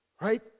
right